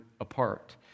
apart